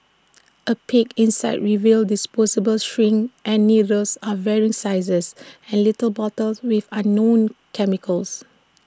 A peek inside revealed disposable syringes and needles of varying sizes and little bottles with unknown chemicals